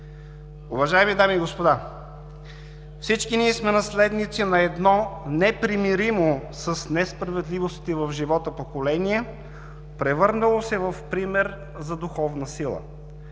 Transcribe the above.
Уважаеми дами и господа, всички ние сме наследници на едно непримиримо с несправедливостите в живота поколение, превърнало се в пример за духовна сила.